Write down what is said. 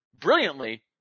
Brilliantly